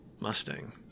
Mustang